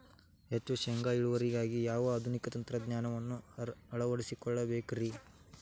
ಹೆಚ್ಚು ಶೇಂಗಾ ಇಳುವರಿಗಾಗಿ ಯಾವ ಆಧುನಿಕ ತಂತ್ರಜ್ಞಾನವನ್ನ ಅಳವಡಿಸಿಕೊಳ್ಳಬೇಕರೇ?